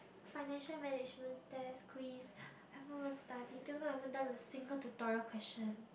financial management test quiz I don't even study do you know I haven't done a single tutorial question